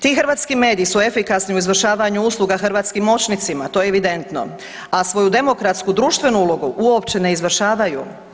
Ti hrvatski mediji su efikasni u izvršavanju usluga hrvatskim moćnicima, to je evidentno, a svoju demokratsku društvenu ulogu uopće ne izvršavaju.